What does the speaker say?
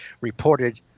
reported